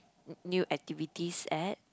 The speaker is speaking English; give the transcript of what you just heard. new activities at